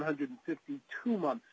hundred and fifty two month